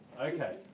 Okay